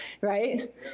right